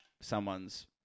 someone's